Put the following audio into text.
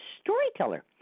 storyteller